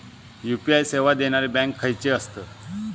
UPI सेवा देणारे bank खयचे आसत?